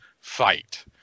fight